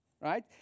right